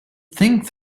think